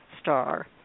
star